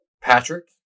Patrick